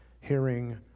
hearing